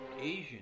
Asian